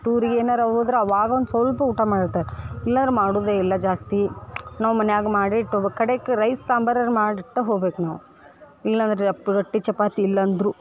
ಟೂರಿಗೇನಾರ ಹೋದ್ರೆ ಅವಾಗ ಒಂದು ಸಲ್ಪ ಊಟ ಮಾಡ್ತಾರ್ ಇಲ್ಲರೆ ಮಾಡುವುದೇ ಇಲ್ಲ ಜಾಸ್ತಿ ನಾವು ಮನ್ಯಾಗ ಮಾಡಿಟ್ಟು ಹೋಬಕು ಕಡೆಕ ರೈಸ್ ಸಾಂಬಾರಾದ್ರು ಮಾಡಿತ್ತು ಹೋಗ್ಬೇಕು ನಾವು ಇಲ್ಲಂದ್ರೆ ರೊಟ್ಟಿ ಚಪಾತಿ ಇಲ್ಲಂದರೂ